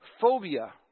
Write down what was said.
phobia